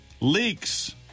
leaks